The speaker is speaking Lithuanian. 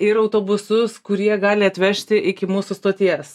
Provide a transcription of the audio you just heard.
ir autobusus kurie gali atvežti iki mūsų stoties